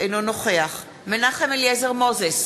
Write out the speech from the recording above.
אינו נוכח מנחם אליעזר מוזס,